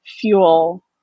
fuel